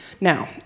Now